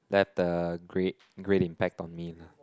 left a great great impact on me lah